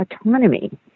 autonomy